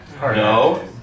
No